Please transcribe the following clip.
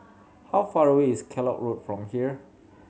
how far away is Kellock Road from here